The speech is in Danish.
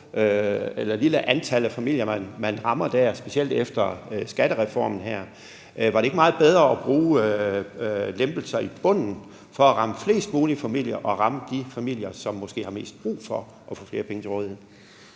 lille antal familier, man rammer der, specielt her efter skattereformen. Var det ikke meget bedre med lempelser i bunden for at ramme flest mulige familier og ramme de familier, som måske har mest brug for at få flere penge til rådighed?